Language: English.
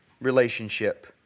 relationship